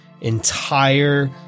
entire